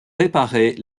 réparer